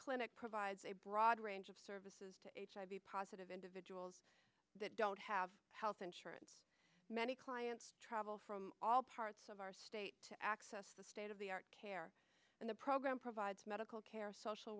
clinic provides a broad range of services to hiv positive individuals that don't have health insurance many clients travel from all parts of our state to access the state of the art care and the program provides medical care social